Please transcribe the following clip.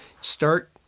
start